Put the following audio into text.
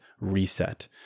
reset